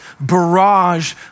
barrage